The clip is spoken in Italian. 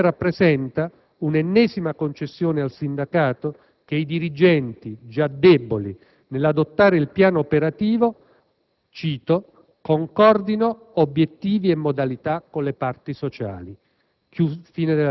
Così come rappresenta un'ennesima concessione al sindacato che i dirigenti, già deboli, nell'adottare il piano operativo «concordino obiettivi e modalità con le parti sociali».